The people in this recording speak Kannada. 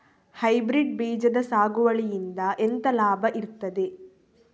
ಹೈಬ್ರಿಡ್ ಬೀಜದ ಸಾಗುವಳಿಯಿಂದ ಎಂತ ಲಾಭ ಇರ್ತದೆ?